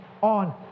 on